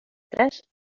tres